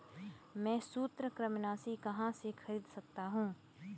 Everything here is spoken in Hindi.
मैं सूत्रकृमिनाशी कहाँ से खरीद सकता हूँ?